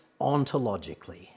ontologically